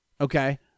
okay